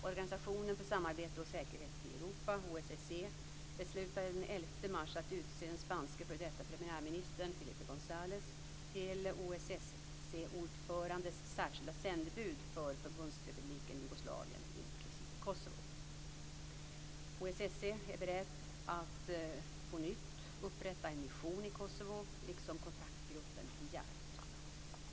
Organisationen för samarbete och säkerhet i Europa, OSSE, beslutade den 11 mars att utse den spanske f.d. premiärministern Felipe Gonzalez till OSSE-ordförandens särskilda sändebud för Förbundsrepubliken Jugoslavien inklusive Kosovo. OSSE är berett att på nytt upprätta en mission i Kosovo, såsom kontaktgruppen begärt.